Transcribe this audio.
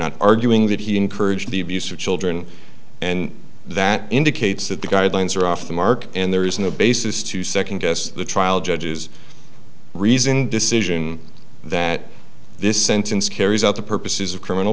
not arguing that he encouraged the abuse of children and that indicates that the guidelines are off the mark and there is no basis to second guess the trial judge's reasoned decision that this sentence carries out the purposes of criminal